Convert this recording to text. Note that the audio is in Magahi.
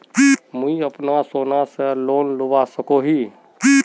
मुई अपना सोना से लोन लुबा सकोहो ही?